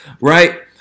right